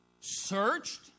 searched